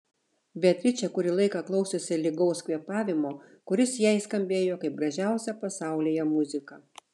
beatričė kurį laiką klausėsi lygaus kvėpavimo kuris jai skambėjo kaip gražiausia pasaulyje muzika